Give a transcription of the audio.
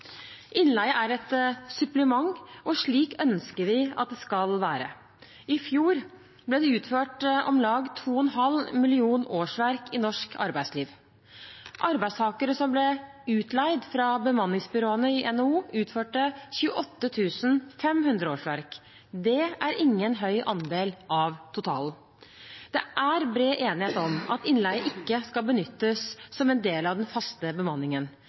Innleie er et supplement, og slik ønsker vi at det skal være. I fjor ble det utført om lag 2,5 million årsverk i norsk arbeidsliv. Arbeidstakere som ble utleid fra bemanningsbyråene i NHO, utførte 28 500 årsverk. Det er ingen høy andel av totalen. Det er bred enighet om at innleie ikke skal benyttes som en del av den faste bemanningen.